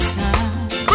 time